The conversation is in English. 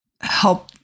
help